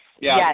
Yes